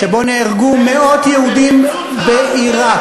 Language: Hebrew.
שבו נהרגו מאות יהודים בעיראק.